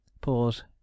pause